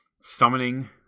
summoning